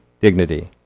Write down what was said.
dignity